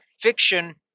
fiction